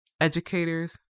educators